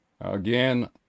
Again